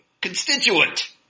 Constituent